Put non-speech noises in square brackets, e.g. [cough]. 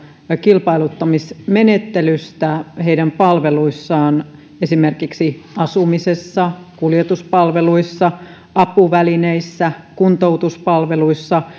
kilpailuttamismenettelystä heidän palveluissaan esimerkiksi asumisessa kuljetuspalveluissa apuvälineissä kuntoutuspalveluissa [unintelligible]